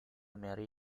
mary